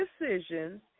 decisions